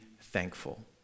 thankful